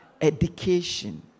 Education